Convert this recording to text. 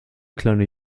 kleine